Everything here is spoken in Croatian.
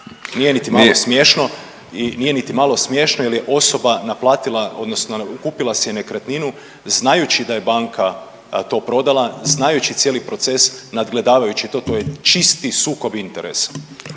nije niti malo smiješno jel je osoba naplatila odnosno kupila si je nekretninu znajući da je banka to prodala, znajući cijeli proces, nadgledavajući to, to je čisti sukob interesa.